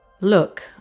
Look